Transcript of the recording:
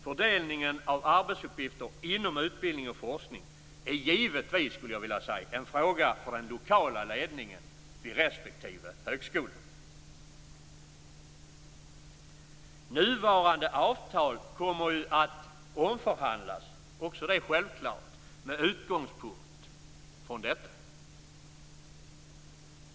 Fördelningen av arbetsuppgifter inom utbildning och forskning är givetvis en fråga för den lokala ledningen vid respektive högskola. Nuvarande avtal kommer att omförhandlas, vilket också är självklart, med utgångspunkt från detta.